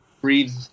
breathe